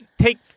Take